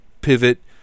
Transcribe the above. pivot